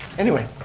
anyway,